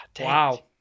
Wow